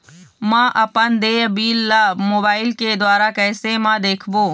म अपन देय बिल ला मोबाइल के द्वारा कैसे म देखबो?